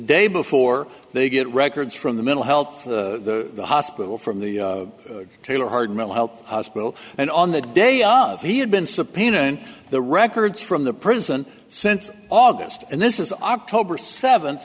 day before they get records from the mental health of the hospital from the tailor hard mental health hospital and on the day of he had been subpoenaed in the records from the prison since august and this is october seventh